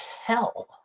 hell